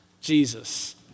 Jesus